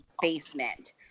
basement